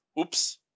Oops